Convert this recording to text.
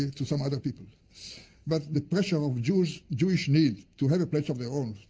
to some other people but the pressure of jewish jewish need to have a place of their own,